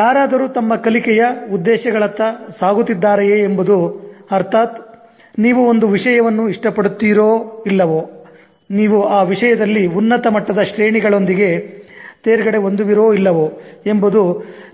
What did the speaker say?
ಯಾರಾದರೂ ತಮ್ಮ ಕಲಿಕೆಯ ಉದ್ದೇಶಗಳತ್ತ ಸಾಗುತ್ತಿದ್ದ್ದಾರೆಯೇ ಎಂಬುದು ಅರ್ಥಾತ್ ನೀವು ಒಂದು ವಿಷಯವನ್ನು ಇಷ್ಟಪಡುತ್ತೀರೋ ಇಲ್ಲವೋ ನೀವು ಆ ವಿಷಯದಲ್ಲಿ ಉನ್ನತ ಮಟ್ಟದ ಶ್ರೇಣಿಗಳೊಂದಿಗೆ ತೇರ್ಗಡೆ ಹೊಂದುವಿರೋ ಇಲ್ಲವೋ ಎಂಬುದು